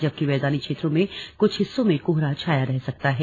जबकि मैदानी क्षेत्रों में कुछ हिस्सों में कोहरा छाया रह सकता है